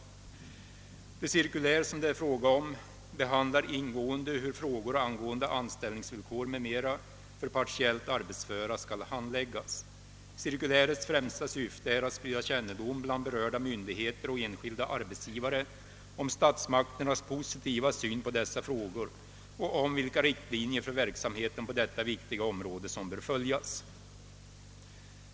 Det cirkulär som det är fråga om behandlar ingående hur frågor angående anställningsvillkor m.m. för partiellt arbetsföra skall handläggas. Cirkulärets främsta syfte är att sprida kännedom bland berörda myndigheter och enskilda arbetstagare om statsmakternas positiva syn på dessa frågor och om vilka riktlinjer för verksamheten på detta viktiga område som bör följas.